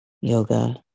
Yoga